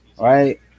right